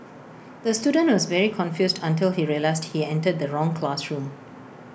the student was very confused until he realised he entered the wrong classroom